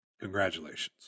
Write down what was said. congratulations